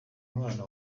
umwana